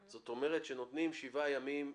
זאת אומרת שנותנים שבעה ימים,